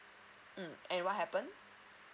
mm and what happened